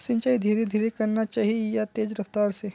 सिंचाई धीरे धीरे करना चही या तेज रफ्तार से?